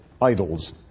idols